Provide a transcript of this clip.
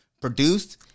produced